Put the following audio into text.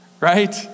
right